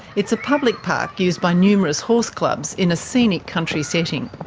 it's a public park, used by numerous horse clubs, in a scenic country setting.